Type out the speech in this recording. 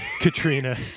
Katrina